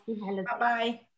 bye-bye